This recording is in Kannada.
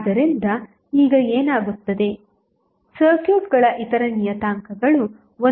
ಆದ್ದರಿಂದ ಈಗ ಏನಾಗುತ್ತದೆ ಸರ್ಕ್ಯೂಟ್ಗಳ ಇತರ ನಿಯತಾಂಕಗಳು ಒಂದೇ ಆಗಿರುತ್ತವೆ